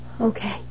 Okay